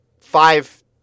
five